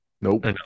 nope